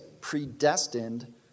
predestined